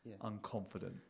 unconfident